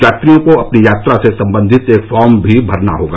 यात्रियों को अपनी यात्रा से संबंधित एक फॉर्म भी भरना होगा